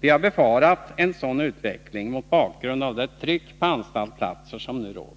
Vi har befarat en sådan utveckling mot bakgrund av det tryck på anstaltsplatser som nu råder.